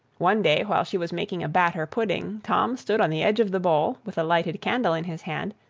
one day, while she was making a batter pudding, tom stood on the edge of the bowl, with a lighted candle in his hand,